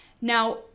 Now